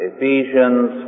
Ephesians